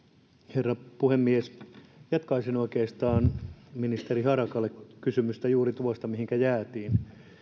herra puhemies jatkaisin oikeastaan ministeri harakalle kysymystä juuri tuosta mihinkä jäätiin